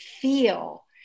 feel